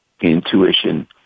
intuition